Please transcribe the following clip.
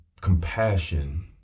compassion